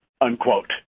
unquote